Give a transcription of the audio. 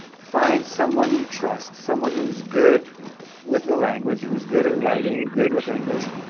find someone you trust, someone who is good with the language, who is good at writing, good with english,